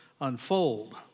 Unfold